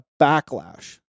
backlash